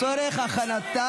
54 בעד,